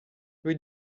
rue